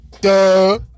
Duh